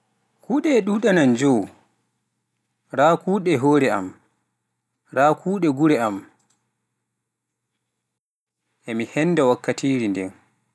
kuɗe e ɗuɗa nan joo raa kuuɗe hoore am, ra kuuɗe guree am, e mi heenda wakkatire nden,